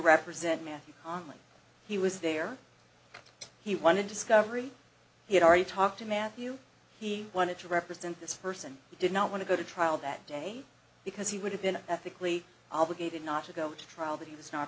represent matthew on when he was there he wanted discovery he had already talked to matthew he wanted to represent this person did not want to go to trial that day because he would have been ethically obligated not to go to trial that he was not